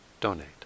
donate